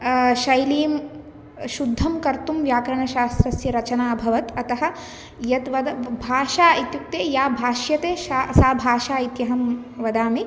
शैलीं शुद्धं कर्तुं व्याकरणशास्त्रस्य रचना अभवत् अतः यत् वदति भाषा इत्युक्ते या भाष्यते सा सा भाषा इति अहं वदामि